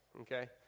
Okay